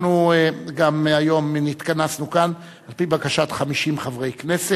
אנחנו גם היום נתכנסנו כאן על-פי בקשת 50 חברי הכנסת,